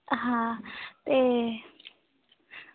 हां ते